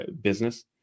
business